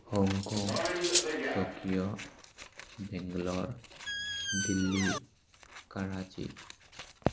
Hong Kong Tokyo Bangalore Delhi Karachi